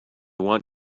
want